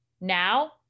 Now